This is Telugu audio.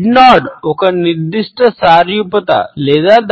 హెడ్ నోడ్ ఒక నిర్దిష్ట సారూప్యతను